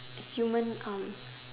human arm